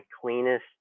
cleanest